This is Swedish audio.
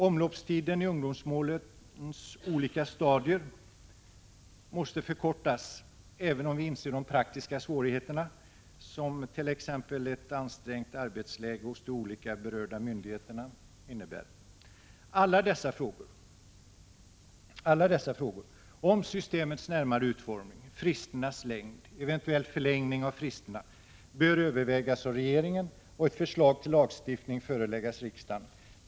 Omloppstiden i ungdomsmålens olika stadier måste förkortas, även om vi inser de praktiska svårigheterna, t.ex. ansträngt arbetsläge vid de olika berörda myndigheterna. Alla dessa frågor, om systemets närmare utformning, fristernas längd, eventuella förlängningar av fristerna, bör övervägas av regeringen och ett förslag till lagstiftning föreläggas riksdagen.